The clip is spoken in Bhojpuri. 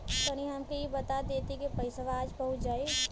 तनि हमके इ बता देती की पइसवा आज पहुँच जाई?